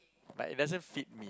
like it doesn't fit me